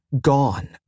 Gone